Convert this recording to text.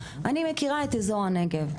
אני מכירה את אזור הנגב,